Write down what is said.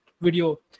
video